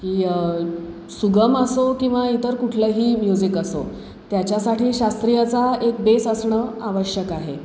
की सुगम असो किंवा इतर कुठलंही म्युझिक असो त्याच्यासाठी शास्त्रीयाचा एक बेस असणं आवश्यक आहे